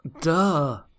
Duh